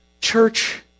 church